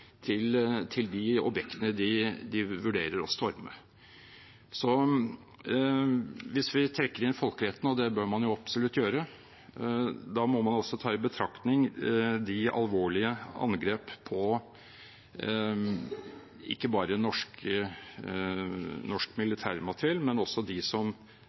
til de objektene de vurderer å storme. Hvis vi trekker inn folkeretten – og det bør man jo absolutt gjøre – må man også ta i betraktning de alvorlige angrep på ikke bare norsk militærmateriell, men også på dem som